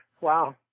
wow